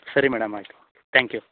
ಸರಿ ಮೇಡಮ್ ಆಯಿತು thank you